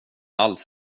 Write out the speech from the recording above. alls